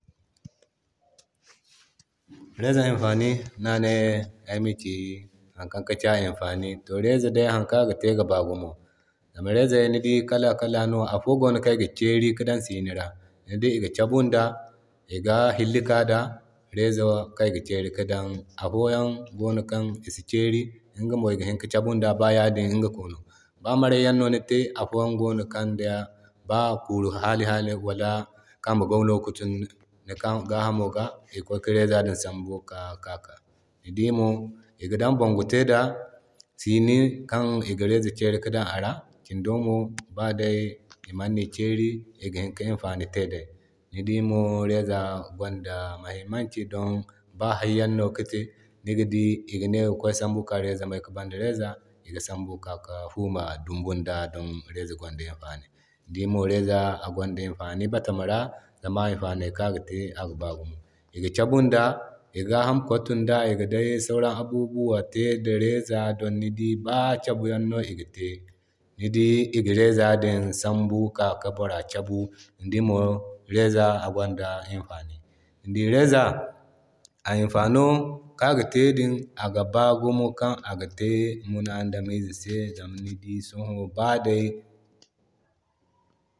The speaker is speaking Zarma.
Reza imfani no ane ayma ci hari kan kici a imfani. To Reza day hari kan aga te ga ba gumo, zama Reza wo kala kala no afo gono kaŋ iga ceri ki dan siini ra. Ni dii iga cebun da iga hilli kaa da, reza kan iga keri ka dan siini ra. Afoyan gono kan isi keri iŋgamo iga hini ka kebunda ba yadin iga koonu. Ba maray Yan no nite afoyan gono kan ba kulu hali hali wala kambe goyo ki tun nankan gahamo ga iga kway ka reza din sambu kika ka kaa. Ni dii mo iga bondan bongu te da, sini kan iga Reza keri ki dan a ra. Kin domo badai amana keri iga hini ki imfani te day. Ni dii mo reza agwan da muhimmanci ba hayyan ki te niga dii iga ne kway sambu kan de reza, may ki baran da reza iga sambu kika ki fuma dumbun da don reza gwanda imfani. Ni dii mo reza agwanda imfani batama ra zama imfaney kan aga te gi baa gumo. Iga cebun da iga gahama kwartin da iga dai sauran abubuwa te da reza don ni dii ba kebuyan no iga te iga reza din sambu kika ki bora kebu. Ni dii mo reza agwanda imfani, ni dii reza agwanda imfani. Ni di reza a imfano kan aga te din ga baa gumo kan aga te munadamize se zama ni di sõhõ ba day.